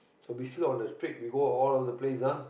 so basically on the street we go all over the place ah